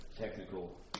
technical